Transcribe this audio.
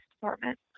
department